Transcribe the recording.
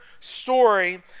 story